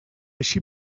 així